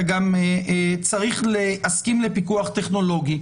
אתה גם צריך להסכים לפיקוח טכנולוגי,